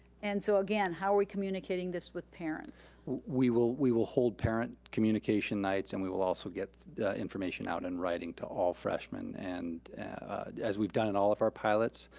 and so again, how are we communicating this with parents? we will we will hold parent communication nights and we will also get the information out in writing to all freshmen, and as we've done in all of our pilots,